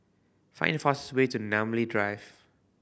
find the fastest way to Namly Drive